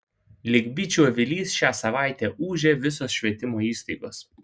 lyg bičių avilys šią savaitę ūžė visos švietimo įstaigos